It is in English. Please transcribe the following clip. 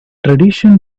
tradition